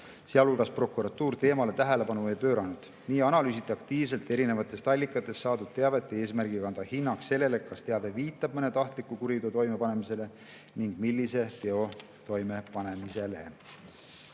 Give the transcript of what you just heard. sealhulgas prokuratuur, teemale tähelepanu ei pööranud. Nii analüüsiti aktiivselt erinevatest allikatest saadud teavet eesmärgiga anda hinnang sellele, kas teave viitab mõne tahtliku kuriteo toimepanemisele ning millise teo toimepanemisele.